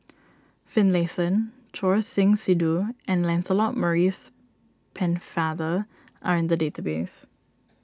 Finlayson Choor Singh Sidhu and Lancelot Maurice Pennefather are in the database